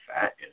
fat